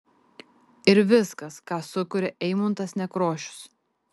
ir viskas ką sukuria eimuntas nekrošius